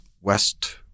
West